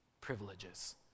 privileges